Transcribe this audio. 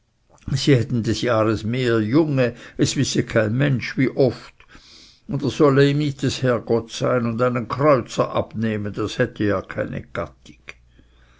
sie hätten des jahres junge es wisse kein mensch wie oft und er solle ihm nicht ds hergetts sein und einen kreuzer abnehmen das hätte ja keine